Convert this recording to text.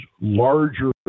larger